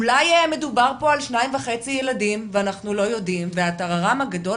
אולי מדובר פה על שניים וחצי ילדים ואנחנו לא יודעים והטררם הגדול